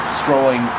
strolling